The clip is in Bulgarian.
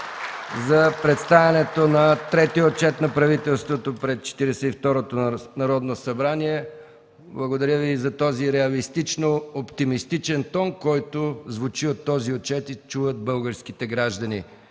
за представянето на третия отчет на правителството пред Четиридесет и второто Народно събрание. Благодаря Ви и за този реалистично оптимистичен тон, който звучи от този отчет и чуват българските граждани.